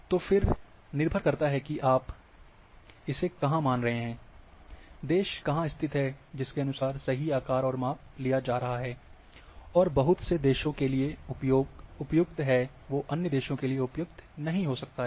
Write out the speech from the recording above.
तो फिर से निर्भर करता है कि आप इसे कहां मान रहे हैं देश कहाँ स्थित है जिसके अनुसार सही आकार और माप लिया जा रहा है और बहुत से देशों के लिए जो उपयुक्त है वो अन्य देशों के लिए उपयुक्त नहीं हो सकता है